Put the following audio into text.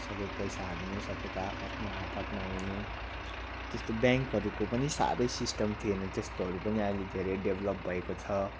सबै पैसाहरू नै सबैको आआफ्नो हात हातमा हुने त्यस्तो ब्याङ्कहरूको पनि साह्रै सिस्टम थिएन त्यस्तोहरू पनि अहिले धेरै डेभलप भएको छ